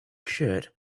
shirt